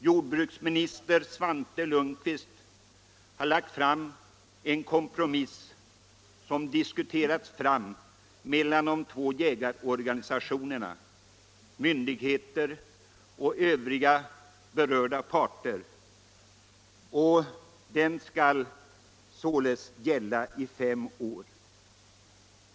Jordbruksminister Svante Lundkvist har lagt fram en kompromiss som diskuterats fram mellan de två jägarorganisationerna, myndigheter och övriga berörda parter och som skulle gälla i fem år.